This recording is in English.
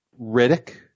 Riddick